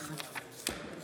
אנחנו